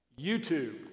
YouTube